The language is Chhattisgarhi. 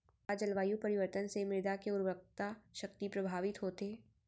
का जलवायु परिवर्तन से मृदा के उर्वरकता शक्ति प्रभावित होथे?